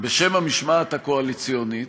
בשם המשמעת הקואליציונית,